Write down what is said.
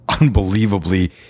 unbelievably